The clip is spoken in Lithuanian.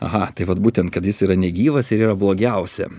aha tai vat būtent kad jis yra negyvas ir yra blogiausia